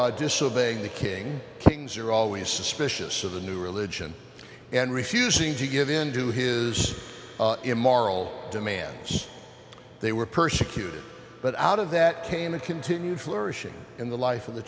far disobeying the king kings are always suspicious of the new religion and refusing to give in to his immoral demands they were persecuted but out of that came a continued flourishing in the life of the